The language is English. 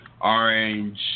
orange